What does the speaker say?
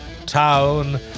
Town